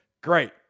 great